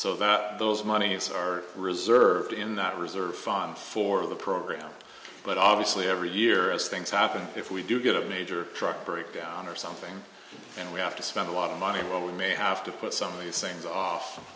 so that those monies are reserved in that reserve fund for the program but obviously every year as things happen if we do get a major truck breakdown or something and we have to spend a lot of money well we may have to put some of these things off